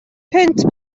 punt